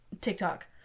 TikTok